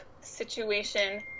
situation